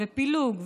ופילוג,